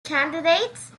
candidates